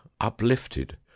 uplifted